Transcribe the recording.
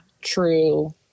true